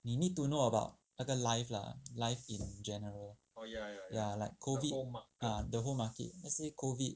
你 need to know about 那个 life lah life in general ya like COVID ah the whole market say COVID